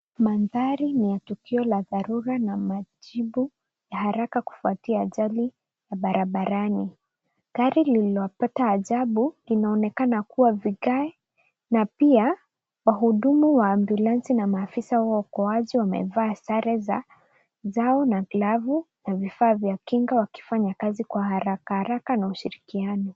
Mandhari ni ya tukio la dharura na majibu ya haraka kufuatia ajali ya barabarani. Gari lililopata ajabu linaonekana kuwa vigae na pia wahudumu wa ambulansi na maafisa wa uokoaji wamevaa sare zao na glavu na vifaa vya kinga wakifanya kazi kwa haraka haraka na ushirikiano.